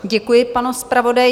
Děkuji panu zpravodaji.